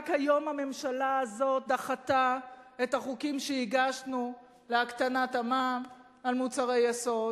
רק היום הממשלה הזאת דחתה את החוקים שהגשנו להקטנת המע"מ על מוצרי יסוד.